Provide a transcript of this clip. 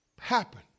happen